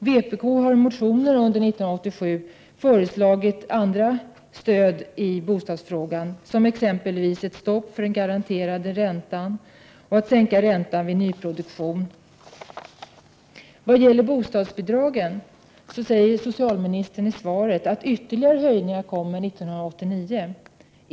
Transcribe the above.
Vi i vpk har under 1987 i motioner föreslagit andra stöd i bostadshänseen de. Vi har exempelvis föreslagit ett stopp för den garanterade räntan och en sänkning av räntan när det gäller nyproduktion. I fråga bostadsbidragen säger socialministern i svaret att det blir ytterligare höjningar 1989.